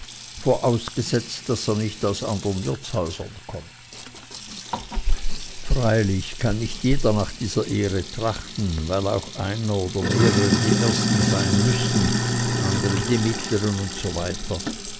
vorausgesetzt daß er nicht aus andern wirtshäusern kommt freilich kann nicht jeder nach dieser ehre trachten weil auch einer oder mehrere die ersten sein müssen andere die mittleren usw